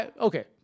okay